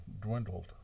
dwindled